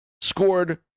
scored